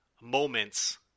Moments